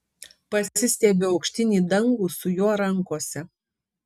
pasistiebiu aukštyn į dangų su juo rankose